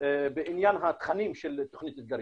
בעניין התכנים של תוכנית 'אתגרים'.